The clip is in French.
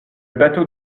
bateau